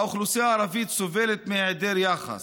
האוכלוסייה הערבית סובלת מהיעדר יחס,